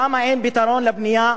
שם אין פתרון לבנייה,